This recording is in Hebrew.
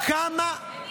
למי